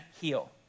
heal